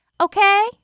Okay